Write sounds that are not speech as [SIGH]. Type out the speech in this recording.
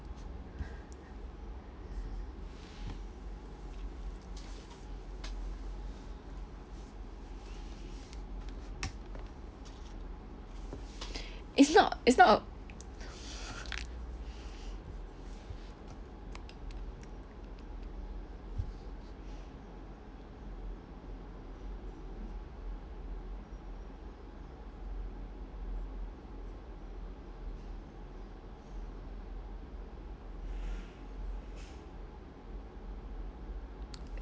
[NOISE] is not is not a [BREATH]